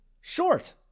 short